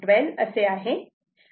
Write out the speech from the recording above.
12 असे आहे